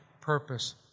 purpose